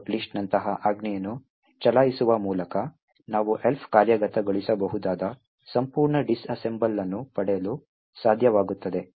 lst ನಂತಹ ಆಜ್ಞೆಯನ್ನು ಚಲಾಯಿಸುವ ಮೂಲಕ ನಾವು Elf ಕಾರ್ಯಗತಗೊಳಿಸಬಹುದಾದ ಸಂಪೂರ್ಣ ಡಿಸ್ಅಸೆಂಬಲ್ ಅನ್ನು ಪಡೆಯಲು ಸಾಧ್ಯವಾಗುತ್ತದೆ